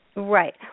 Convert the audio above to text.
Right